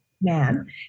man